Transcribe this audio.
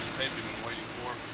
been waiting for.